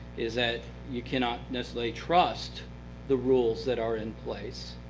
is that you cannot necessarily trust the rules that are in place,